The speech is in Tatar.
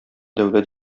дәүләт